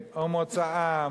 או מוצאם,